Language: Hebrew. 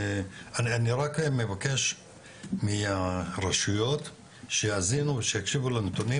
אני רק מבקש מהרשויות שיאזינו ושיקשיבו לנתונים,